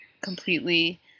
completely